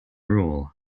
rule